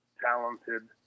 talented